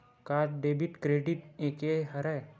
का debit credit एके हरय?